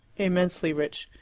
immensely rich.